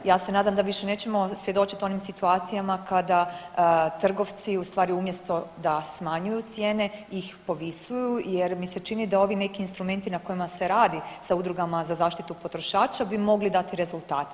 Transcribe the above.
Ja se nadam da više nećemo svjedočiti onim situacijama kada trgovci u stvari umjesto da smanjuju cijene ih povisuju jer mi se čini da ovi neki instrumenti na kojima se radi sa udrugama za zaštitu potrošača bi mogli dati rezultate.